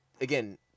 again